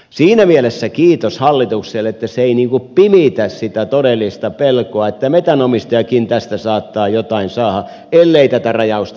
siinä mielessä kiitos hallitukselle että se ei pimitä sitä todellista pelkoa että metsänomistajatkin tästä saattavat jotain saada ellei tätä rajausta tehdä